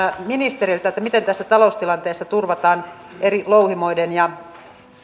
ministeriltä miten tässä taloustilanteessa turvataan eri louhimoiden ja